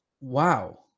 Wow